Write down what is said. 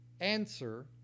answer